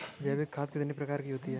जैविक खाद कितने प्रकार की होती हैं?